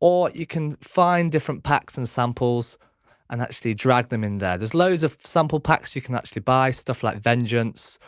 or you can find different packs and samples and actually drag them in there. there's loads of sample packs you can actually buy stuff like vengeance.